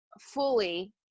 fully